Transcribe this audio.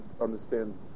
understand